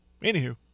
Anywho